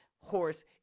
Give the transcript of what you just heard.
horse